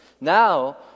Now